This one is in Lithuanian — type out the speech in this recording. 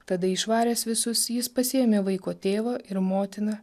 tada išvaręs visus jis pasiėmė vaiko tėvą ir motiną